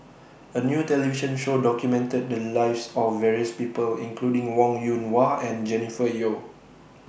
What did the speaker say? A New television Show documented The Lives of various People including Wong Yoon Wah and Jennifer Yeo